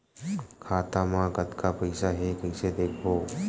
खाता मा कतका पईसा हे कइसे देखबो?